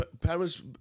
parents